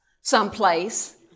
someplace